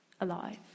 alive